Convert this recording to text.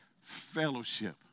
fellowship